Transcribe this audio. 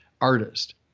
artist